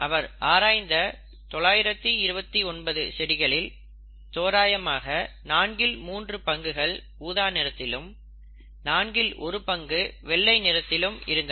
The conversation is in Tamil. அவர் ஆராய்ந்த 929 செடிகளில் தோராயமாக நான்கில் மூன்று பங்குகள் ஊதா நிறத்திலும் நான்கில் ஒரு பங்கு வெள்ளை நிறத்திலும் இருந்தன